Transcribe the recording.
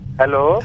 Hello